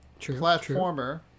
platformer